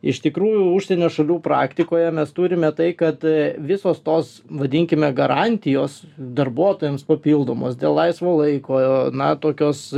iš tikrųjų užsienio šalių praktikoje mes turime tai kad visos tos vadinkime garantijos darbuotojams papildomos dėl laisvo laiko na tokios